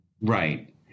Right